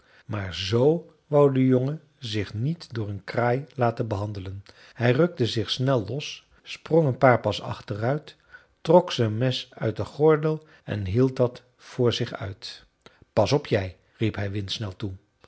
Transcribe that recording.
maar z wou de jongen zich niet door een kraai laten behandelen hij rukte zich snel los sprong een paar pas achteruit trok zijn mes uit den gordel en hield dat voor zich uit pas op jij riep hij windsnel toe